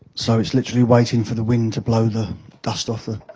so, it's literally waiting for the wind to blow the dust off the